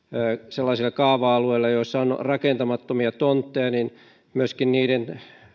sellaisilla kaava alueilla joilla on rakentamattomia tontteja myöskin niiden